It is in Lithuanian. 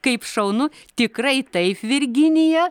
kaip šaunu tikrai taip virginija